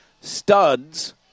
Studs